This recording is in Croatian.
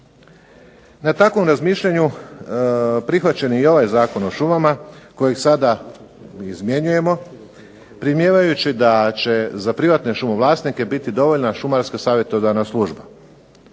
Na takvom razmišljanju prihvaćen je i ovaj Zakon o šumama koji sada izmjenjujemo primijevajući da će za privatne šumovlasnike biti dovoljna šumarska savjetodavna služba.